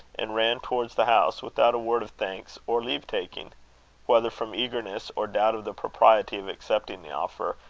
and ran towards the house, without a word of thanks or leave-taking whether from eagerness, or doubt of the propriety of accepting the offer,